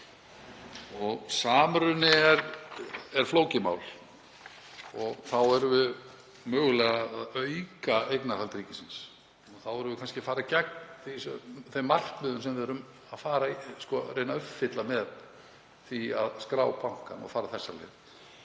Samruni er flókið mál og þá erum við mögulega að auka eignarhald ríkisins. Þá erum við kannski að fara gegn þeim markmiðum sem við erum að reyna að uppfylla með því að skrá bankann og fara þessa leið.